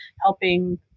helping